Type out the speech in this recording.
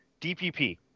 DPP